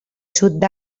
sud